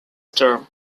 term